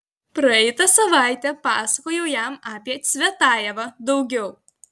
praeitą savaitę pasakojau jam apie cvetajevą daugiau